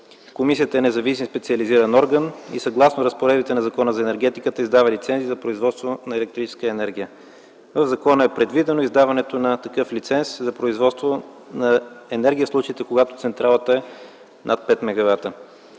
Комисията е независим специализиран орган и съгласно разпоредбите на Закона за енергетиката издава лицензи за производство на електрическа енергия. В закона е предвидено издаването на такъв лиценз за производство на енергия в случаите, когато централата е над 5 мегавата.